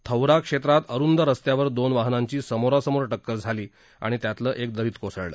थौरा क्षेत्रात अरुंद रस्त्यावर दोन वाहनांची समोरासमोर टक्कर झाली आणि त्यातलं एक दरीत कोसळलं